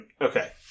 Okay